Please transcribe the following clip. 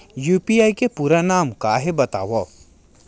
UPI के पूरा नाम का हे बतावव?